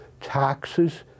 taxes